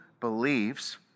believes